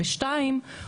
שניים,